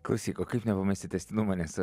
klausyk o kaip nepamesti tęstinumo nes